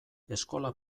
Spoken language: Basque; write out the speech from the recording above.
eskola